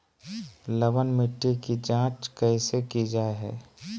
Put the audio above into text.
लवन मिट्टी की जच कैसे की जय है?